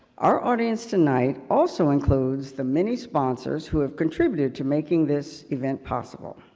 our audience tonight, also includes the many sponsors who have contributed to making this event possible.